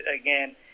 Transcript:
again